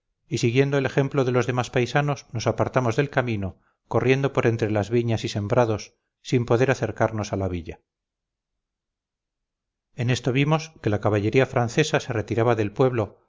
y siguiendo el ejemplo de los demás paisanos nos apartamos del camino corriendo por entre las viñas y sembrados sin poder acercarnos a la villa en esto vimos que la caballería francesa se retiraba del pueblo